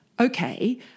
Okay